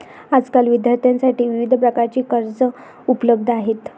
आजकाल विद्यार्थ्यांसाठी विविध प्रकारची कर्जे उपलब्ध आहेत